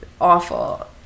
awful